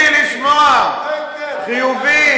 תני לי לשמוע "חיובי",